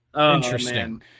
interesting